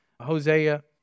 Hosea